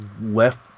left